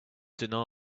denial